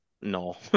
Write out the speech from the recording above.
no